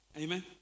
amen